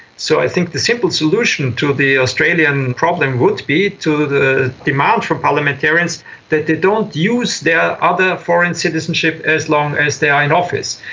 so i think the simple solution to the australian problem would be the demand for parliamentarians that they don't use their other foreign citizenship as long as they are in office,